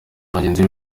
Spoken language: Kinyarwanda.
bagenzi